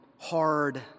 hard